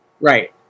Right